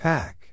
Pack